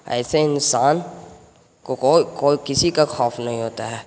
ایسے انسان کو کوئی کسی کا خوف نہیں ہوتا ہے